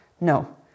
No